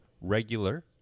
regular